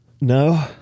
No